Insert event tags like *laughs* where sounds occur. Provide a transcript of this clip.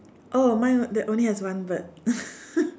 oh mine that only have one bird *laughs*